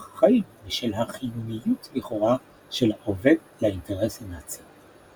חיים" בשל החיוניות לכאורה של העובד לאינטרס הנאצי.